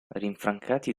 rinfrancati